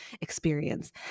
experience